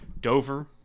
Dover